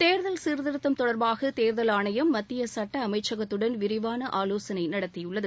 தேர்தல் சீர்திருத்தம் தொடர்பாக தேர்தல் ஆணையம் மத்திய சட்ட அமைச்சகத்துடன் விரிவாள ஆலோசனை நடத்தியுள்ளது